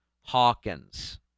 Hawkins